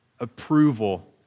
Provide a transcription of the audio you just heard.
approval